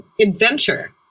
adventure